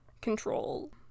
control